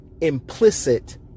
implicit